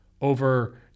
over